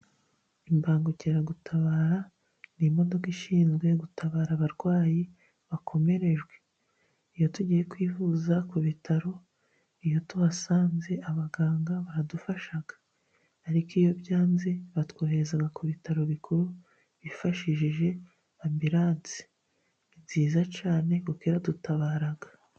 Imbangukiragutabara ni imodoka ishinzwe gutabara abarwayi bakomerejwe. Iyo tugiye kwivuza ku bitaro, iyo tuhasanze abaganga baradufasha. Ariko iyo byanze batwohereza ku bitaro bikuru, bifashishije ambiranse. Ni nziza cyane, kuko iradutabara.